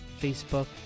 Facebook